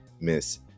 Miss